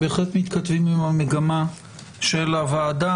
הם בהחלט מתכתבים עם המגמה של הוועדה,